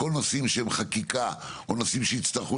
כל נושאים שהם חקיקה או נושאים שיצטרכו